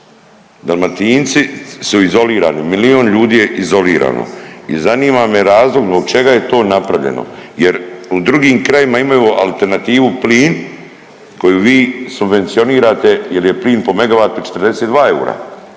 Dalmatinci su izolirani, milijun ljudi je izolirano. I zanima me razlog zbog čega je to napravljeno jer u drugim krajevima imaju alternativu plin koju vi subvencionirate jer je plin po MW 42 eura,